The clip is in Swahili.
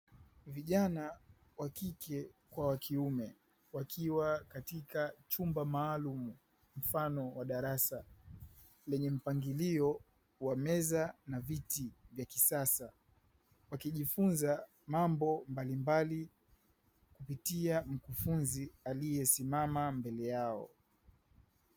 Vijaana wakike kwa wakiume wakiwa katika chumba maalumu mfano wa darasa lenye mpangilio wa meza na viti vya kisasa, wakijifunza mambo mbalimbali kupitia mkufunzi aliyesimama mbele yao.